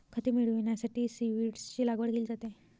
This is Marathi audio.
खते मिळविण्यासाठी सीव्हीड्सची लागवड केली जाते